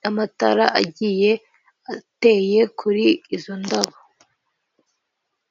n'amatara agiye ateye kuri izo ndabo.